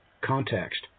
context